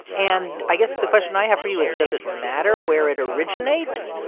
and i guess the question i have for you is, does it matter where it originates,